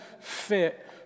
fit